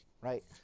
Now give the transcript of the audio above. Right